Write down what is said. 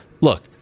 look